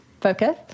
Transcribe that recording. focus